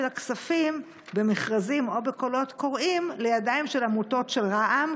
הכספים במכרזים או בקולות קוראים לידיים של עמותות של רע"מ,